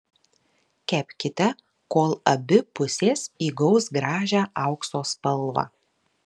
kepkite kol abi pusės įgaus gražią aukso spalvą